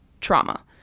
trauma